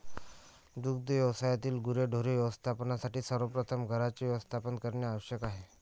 दुग्ध व्यवसायातील गुरेढोरे व्यवस्थापनासाठी सर्वप्रथम घरांचे व्यवस्थापन करणे आवश्यक आहे